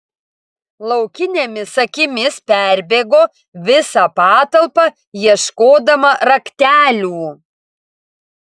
laukinėmis akimis perbėgo visą patalpą ieškodama raktelių